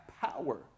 power